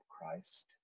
Christ